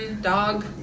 dog